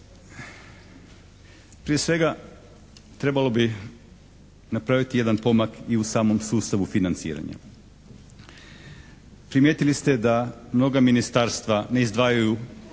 Prije svega trebalo bi napraviti jedan pomak i u samom sustavu financiranja. Primijetili ste da mnoga ministarstva ne izdvajaju